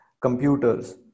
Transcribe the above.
computers